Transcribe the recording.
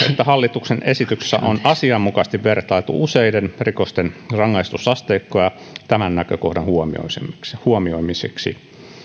hallituksen esityksessä on asianmukaisesti vertailtu useiden rikosten rangaistusasteikkoja tämän näkökohdan huomioimiseksi huomioimiseksi